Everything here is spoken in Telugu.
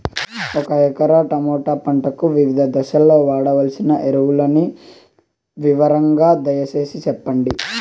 ఒక ఎకరా టమోటా పంటకు వివిధ దశల్లో వాడవలసిన ఎరువులని వివరంగా దయ సేసి చెప్పండి?